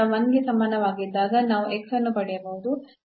1 ಗೆ ಸಮಾನವಾಗಿದ್ದಾಗ ನಾವು ಅನ್ನು ಪಡೆಯಬಹುದು